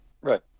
right